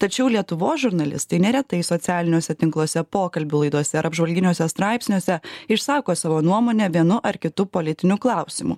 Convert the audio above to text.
tačiau lietuvos žurnalistai neretai socialiniuose tinkluose pokalbių laidose ar apžvalginiuose straipsniuose išsako savo nuomonę vienu ar kitu politiniu klausimu